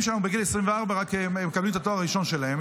שלנו בגיל 24 רק מקבלים את התואר הראשון שלהם.